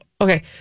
okay